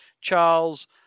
Charles